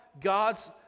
God's